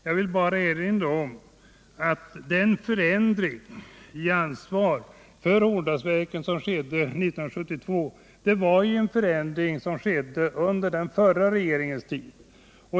Jag vill bara erinra om att den förändring i ansvar för Horndalsverken som skedde 1972 var en förändring som gjordes under den förra regeringens tid.